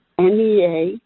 NEA